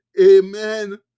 Amen